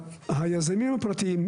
היזמים הפרטיים,